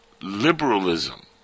liberalism